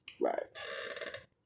Right